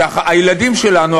שהילדים שלנו,